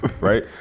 right